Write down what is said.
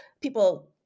people